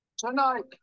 Tonight